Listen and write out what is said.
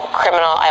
criminal